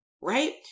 right